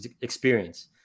experience